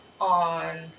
on